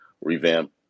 revamp